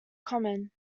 common